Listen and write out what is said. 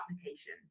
application